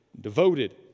devoted